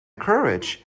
courage